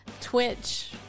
Twitch